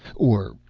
or,